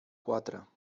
quatre